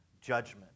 judgment